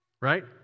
Right